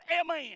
Amen